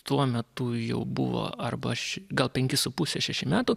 tuo metu jau buvo arba aš gal penki su puse šeši metų